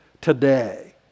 today